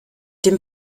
dem